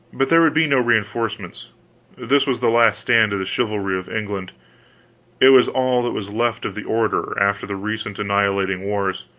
but there would be no reinforcements this was the last stand of the chivalry of england it was all that was left of the order, after the recent annihilating wars.